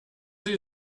sie